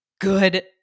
good